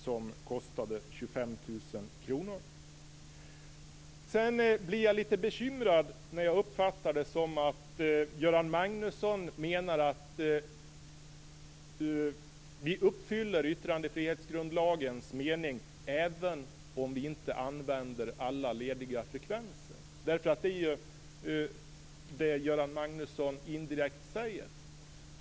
Det kostade 25 000 kr. Jag blir litet bekymrad när jag uppfattar att Göran Magnusson menar att vi uppfyller yttrandefrihetsgrundlagens mening även om vi inte använder alla lediga frekvenser. Det är ju det Göran Magnusson indirekt säger.